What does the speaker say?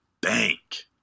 bank